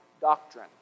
doctrine